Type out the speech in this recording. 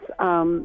Yes